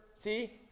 See